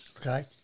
Okay